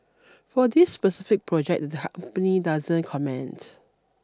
for this specific project the company doesn't comment